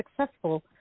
successful